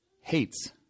Hates